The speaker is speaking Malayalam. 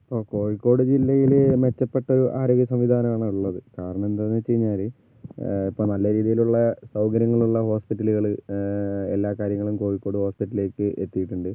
അപ്പോൾ കോഴിക്കോട് ജില്ലയില് മെച്ചപ്പെട്ട ഒരു ആരോഗ്യ സംവിധാനം ആണ് ഉള്ളത് കാരണം എന്താന്ന് വെച്ച് കഴിഞ്ഞാല് അത്ര നല്ല രീതിയിലുള്ള സൗകര്യങ്ങളുള്ള ഹോസ്പിറ്റലുകള് എല്ലാ കാര്യങ്ങളും കോഴിക്കോട് ഹോസ്പിറ്റലിലേക്ക് എത്തിയിട്ടുണ്ട്